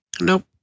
Nope